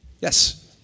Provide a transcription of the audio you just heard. yes